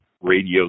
radio